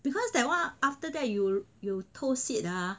because that one after that you you toast it ah